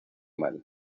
mal